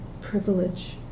privilege